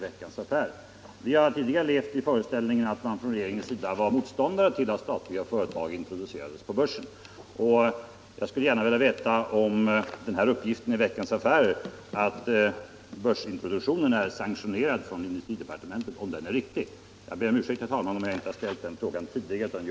Vi har tidigare levt i den föreställningen att regeringen är motståndare till att statliga företag introduceras på börsen. Jag skulle gärna vilja veta om denna uppgift i Veckans Affärer att börsintroduktionen är sanktionerad från industridepartementet är riktig.